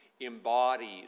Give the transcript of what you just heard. embodies